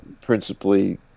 principally